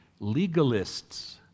legalists